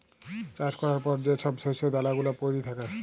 চাষ ক্যরার পর যে ছব শস্য দালা গুলা প্যইড়ে থ্যাকে